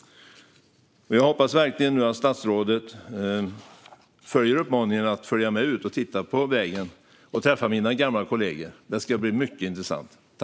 Jag hoppas verkligen att statsrådet nu följer uppmaningen att följa med ut på vägen och träffa mina gamla kollegor. Det ska bli mycket intressant.